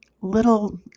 little